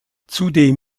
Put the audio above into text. zudem